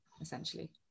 essentially